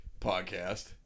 podcast